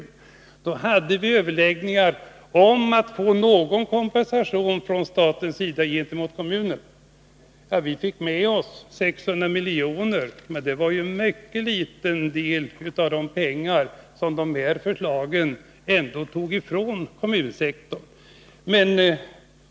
Då hade vi överläggningar om att få någon kompensation från statens sida gentemot kommunerna. Vi fick med oss 600 miljoner, men det var ju en mycket liten del av de pengar som de förslagen tog ifrån kommunsektorn.